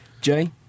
Jay